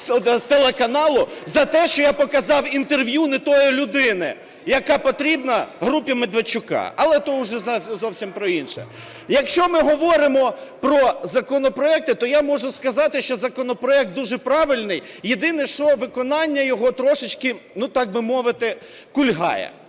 з телеканалу за те, що я показав інтерв'ю не тої людини, яка потрібна групі Медведчука. Але то вже зовсім про інше. Якщо ми говоримо про законопроекти, то я можу сказати, що законопроект дуже правильний. Єдине, що виконання його трошечки, ну, так би мовити, кульгає.